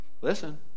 Listen